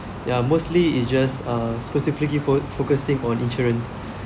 ya mostly it's just uh specifically fo~ focusing on insurance